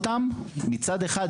מצד אחד,